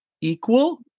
equal